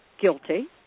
guilty